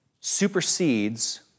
supersedes